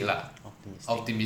optimistic